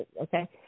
okay